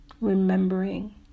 remembering